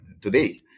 today